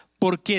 Porque